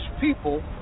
people